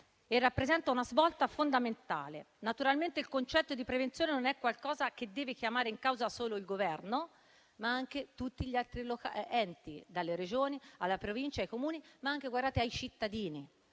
e rappresenta una svolta fondamentale. Naturalmente, il concetto di prevenzione non è qualcosa che deve chiamare in causa solo il Governo, ma anche tutti gli altri enti, dalle Regioni alle Province, ai Comuni, ma anche ai cittadini,